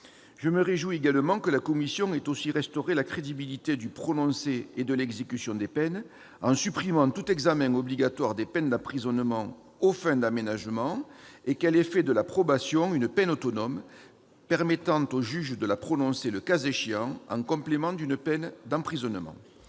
Je me réjouis également que la commission ait restauré la crédibilité du prononcé et de l'exécution des peines en supprimant tout examen obligatoire des peines d'emprisonnement aux fins d'aménagement, et qu'elle ait fait de la probation une peine autonome, que le juge peut prononcer, le cas échéant, en complément d'une peine d'emprisonnement.